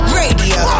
radio